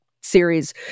series